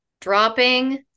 Dropping